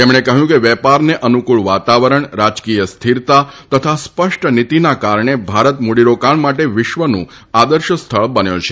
તેમણે કહયું કે વેપારને અનુકુળ વાતાવરણ રાજકીય સ્થીરતા તથા સ્પષ્ટ નીતીના કારણે ભારત મુડીરોકાણ માટે વિશ્વનું આદર્શ સ્થળ બન્યો છે